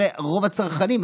הרי רוב הצרכנים,